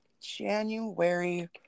January